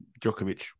Djokovic